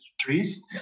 trees